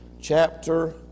chapter